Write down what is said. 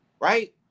right